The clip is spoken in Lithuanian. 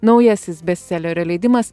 naujasis bestselerio leidimas